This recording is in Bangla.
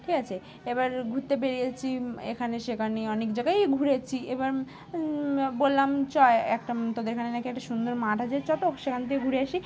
ঠিক আছে এবার ঘুরতে বেরিয়েছি এখানে সেখানে অনেক জায়গায় ঘুরেছি এবার বললাম চ একটা তোদের এখানে নাকি একটা সুন্দর মাঠ আছে চ তো সেখান থেকে ঘুরে আসি